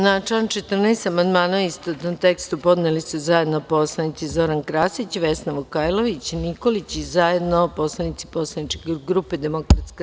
Na član 14. amandmane u istovetnom tekstu podneli su zajedno poslanici Zoran Krasić, Vesna Vukajlović Nikolić i zajedno poslanici poslaničke grupe DS.